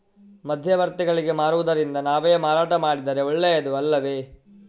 ಮಧ್ಯವರ್ತಿಗಳಿಗೆ ಮಾರುವುದಿಂದ ನಾವೇ ಮಾರಾಟ ಮಾಡಿದರೆ ಒಳ್ಳೆಯದು ಅಲ್ಲವೇ?